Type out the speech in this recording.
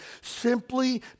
simply